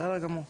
בסדר גמור.